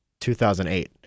2008